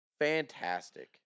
fantastic